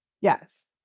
Yes